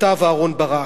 כתב אהרן ברק: